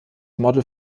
model